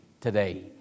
today